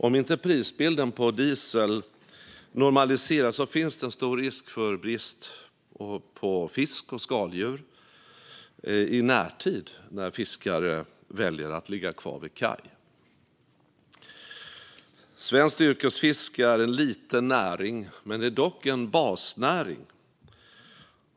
Om inte prisbilden på diesel normaliseras finns det en stor risk för brist på fisk och skaldjur i närtid när fiskare väljer att ligga kvar vid kaj. Svenskt yrkesfiske är en liten näring - det är dock en basnäring.